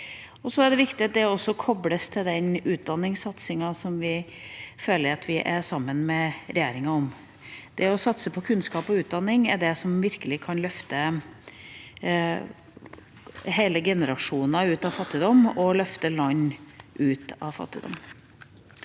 Det er viktig at det også kobles til den utdanningssatsinga vi føler at vi er sammen med regjeringa om. Å satse på kunnskap og utdanning er det som virkelig kan løfte hele generasjoner og land ut av fattigdom.